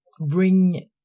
bring